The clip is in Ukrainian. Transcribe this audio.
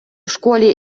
школі